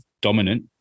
dominant